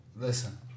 Listen